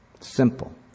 Simple